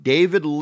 David